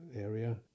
area